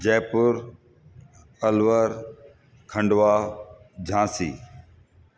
Jaipur Alwar Khandwa Jhansi